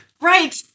Right